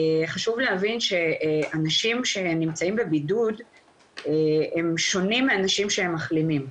חשוב להבין שאנשים שנמצאים בבידוד הם שונים מאנשים שמחלימים.